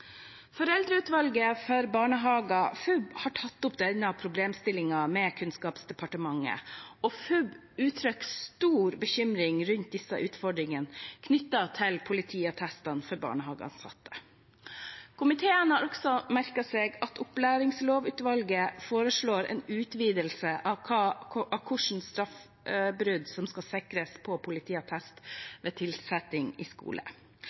Foreldreutvalget for barnehager, FUB, har tatt opp denne problemstillingen med Kunnskapsdepartementet. FUB uttrykker stor bekymring rundt disse utfordringene knyttet til politiattestene for barnehageansatte. Komiteen har også merket seg at opplæringslovutvalget foreslår en utvidelse av hvilke straffebrudd som skal vises på en politiattest ved tilsetting i